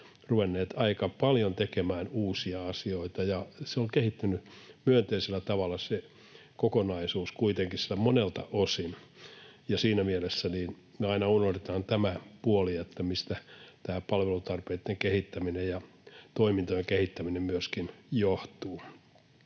ruvenneet aika paljon tekemään uusia asioita, ja se kokonaisuus on kehittynyt myönteisellä tavalla kuitenkin monelta osin. Siinä mielessä me aina unohdetaan tämä puoli, että mistä tämä palvelutarpeitten kehittäminen ja toimintojen kehittäminen johtuu.